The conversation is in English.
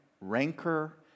rancor